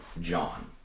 John